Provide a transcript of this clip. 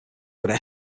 could